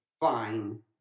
Fine